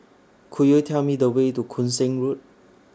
Could YOU Tell Me The Way to Koon Seng Road